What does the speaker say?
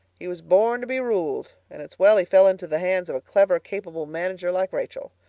he was born to be ruled and it's well he fell into the hands of a clever, capable manager like rachel.